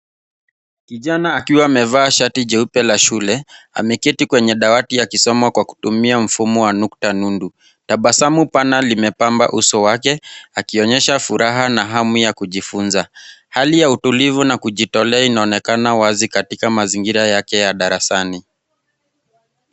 Kijana akiwa amevaa shati jeupe la shule, ameketi kwenye dawati akisoma kwa kutumia mfumo wa nukta nundu. Tabasamu pana limepamba uso wake, akionyesha furaha, na hamu ya kujifunza. Hali ya utulivu na kujitolea inaonekana wazi katika mazingira yake ya darasani.